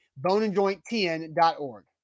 BoneAndJointTN.org